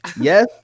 Yes